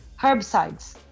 herbicides